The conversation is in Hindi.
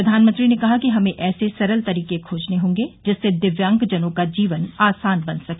प्रधानमंत्री ने कहा कि हमें ऐसे सरल तरीके खोजने होंगे जिससे दिव्यांगजनों का जीवन आसान बन सके